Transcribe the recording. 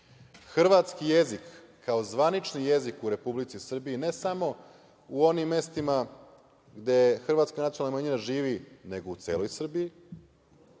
hrvatski jezik kao zvanični jezik u Republici Srbiji, ne samo u onim mestima gde je hrvatska nacionalna manjina živi nego u celoj Srbiji.